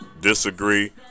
disagree